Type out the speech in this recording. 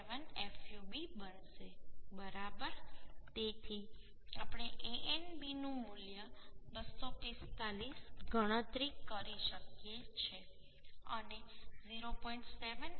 7 fub બનશે બરાબર તેથી આપણે Anb નું મૂલ્ય 245 ગણતરી કરી શકીએ છે અને 0